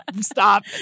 stop